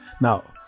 now